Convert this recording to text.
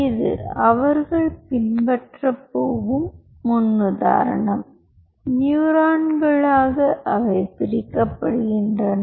இது அவர்கள் பின்பற்றப் போகும் முன்னுதாரணம் நியூரான்களாக அவை பிரிக்கப்படுகின்றன